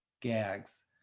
gags